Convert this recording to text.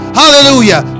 hallelujah